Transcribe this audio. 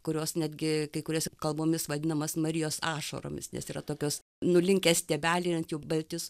kurios netgi kai kuriose kalbomis vadinamas marijos ašaromis nes yra tokios nulinkę stiebeliai ir ant jų balti